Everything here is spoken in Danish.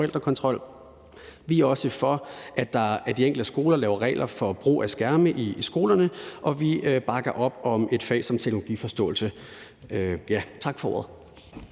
Vi er også for, at de enkelte skoler laver regler for brug af skærme i skolerne, og vi bakker op om et fag som teknologiforståelse. Tak for ordet.